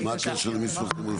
מה הקשר למסמכים רפואיים?